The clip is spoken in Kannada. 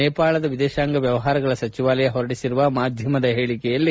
ನೇಪಾಳದ ವಿದೇಶಾಂಗ ವ್ಯವಹಾರಗಳ ಸಚಿವಾಲಯ ಹೊರಡಿಸಿರುವ ಮಾಧ್ಯಮ ಹೇಳಿಕೆಯಲ್ಲಿ